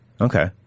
Okay